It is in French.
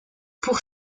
pour